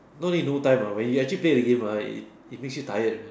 no need no time ah when you actually play the game ah it makes you tired already